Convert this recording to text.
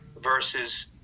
versus